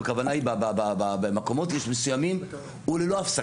במקומות מסוימים הוא ללא הפסקה.